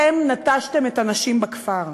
אתם נטשתם את הנשים בכפר.